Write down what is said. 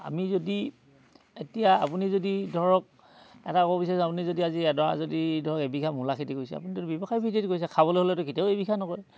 আমি যদি এতিয়া আপুনি যদি ধৰক এটা ক'ব বিচাৰিছো আপুনি যদি আজি এডৰা যদি ধৰক এবিঘা মূলা খেতি কৰিছে আপুনি তাত ব্যৱসায় ভিত্তিত কৰিছে খাবলৈ হ'লেতো কেতিয়াও এবিঘা নকৰে